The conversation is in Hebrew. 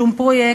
שום פרויקט,